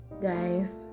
guys